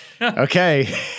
Okay